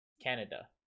Canada